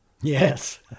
Yes